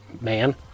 man